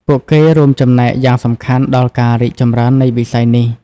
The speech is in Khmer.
ពួកគេរួមចំណែកយ៉ាងសំខាន់ដល់ការរីកចម្រើននៃវិស័យនេះ។